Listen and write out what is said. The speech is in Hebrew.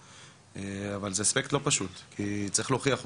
אבל זה אספקט לא פשוט כי צריך להוכיח אותו.